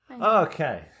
Okay